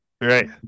right